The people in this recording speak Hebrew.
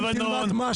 תלמד משהו על איראן.